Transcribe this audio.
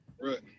Right